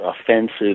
offensive